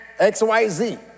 XYZ